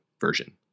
version